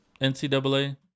NCAA